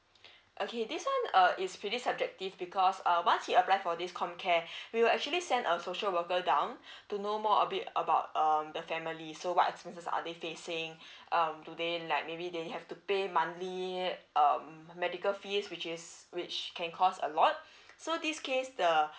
okay this one uh is pretty subjective because uh once he apply for this comcare we will actually send a social worker down to know more a bit about um the family so what expenses are they facing um do they like maybe they have to pay monthly um medical fees which is which can cost a lot so this case the